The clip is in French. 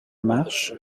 marche